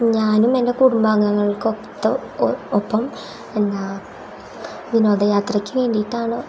ഞാനും എൻ്റെ കുടുംബാ ങ്ങൾക്കൊത്ത് ഒപ്പം എന്താ വിനോദയാത്രയ്ക്ക് വേണ്ടിയിട്ടാണ്